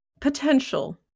potential